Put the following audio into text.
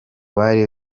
bari